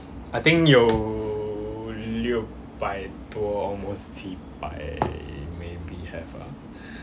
I think 有六百多 almost 七百 maybe have